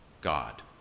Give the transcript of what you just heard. God